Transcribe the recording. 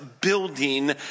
building